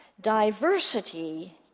Diversity